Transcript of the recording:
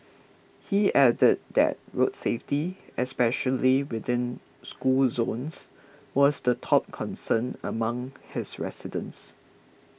he added that road safety especially within school zones was the top concern among his residents